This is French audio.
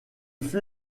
fut